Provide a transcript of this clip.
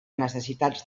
necessitats